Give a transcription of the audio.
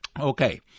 Okay